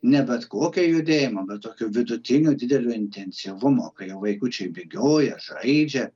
ne bet kokią judėjimo bet tokio vidutinio didelio intensyvumo kai jau vaikučiai bėgioja žaidžia